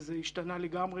שזה השתנה לגמרי,